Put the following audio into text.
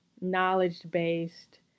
knowledge-based